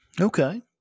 Okay